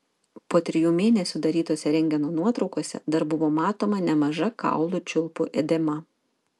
po trijų mėnesių darytose rentgeno nuotraukose dar buvo matoma nemaža kaulų čiulpų edema